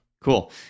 Cool